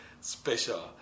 special